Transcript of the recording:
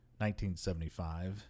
1975